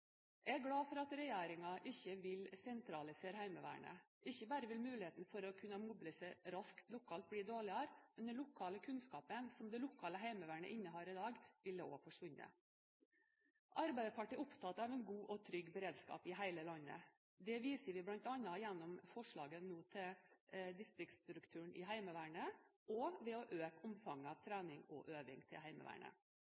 Jeg er glad for at regjeringen ikke vil sentralisere Heimevernet. Ikke bare vil muligheten for å kunne mobilisere raskt lokalt bli dårligere, men den lokale kunnskapen som det lokale Heimevernet innehar i dag, ville også forsvunnet. Arbeiderpartiet er opptatt av en god og trygg beredskap i hele landet. Det viser vi bl.a. gjennom forslaget til distriktsstruktur i Heimevernet, og ved å øke omfanget av